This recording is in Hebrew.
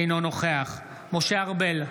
אינו נוכח משה ארבל,